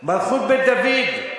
את העובדות,